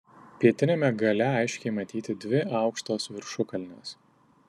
pietiniame gale aiškiai matyti dvi aukštos viršukalnės